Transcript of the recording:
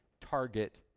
target